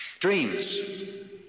Dreams